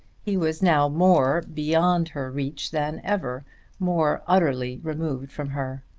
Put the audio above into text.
he was now more beyond her reach than ever more utterly removed from her.